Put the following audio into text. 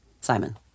Simon